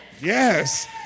Yes